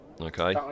Okay